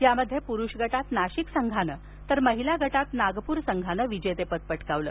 यामध्ये पुरुष गटात नाशिक संघानं तर महिला गटात नागपूर संघानं विजेतेपद पटकावले